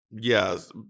Yes